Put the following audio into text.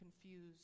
confused